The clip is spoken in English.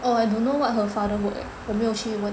oh I don't know what her father work eh 我没有去问过